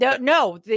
No